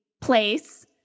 place